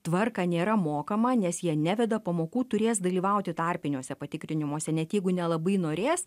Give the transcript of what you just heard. tvarką nėra mokama nes jie neveda pamokų turės dalyvauti tarpiniuose patikrinimuose net jeigu nelabai norės